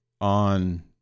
on